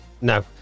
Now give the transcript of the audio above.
No